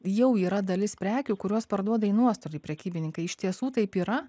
jau yra dalis prekių kuriuos parduoda į nuostolį prekybininkai iš tiesų taip yra